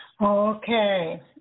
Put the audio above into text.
Okay